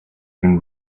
been